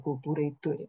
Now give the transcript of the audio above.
kultūrai turi